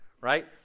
right